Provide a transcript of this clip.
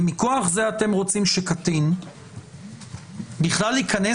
ומכוח זה אתם רוצים שקטין בכלל ייכנס